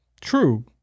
true